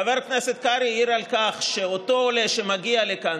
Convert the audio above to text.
חבר כנסת קרעי העיר על כך שאותו עולה שמגיע לכאן